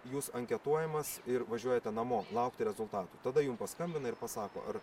jūs anketuojamas ir važiuojate namo laukti rezultatų tada jum paskambina ir pasako ar